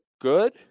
good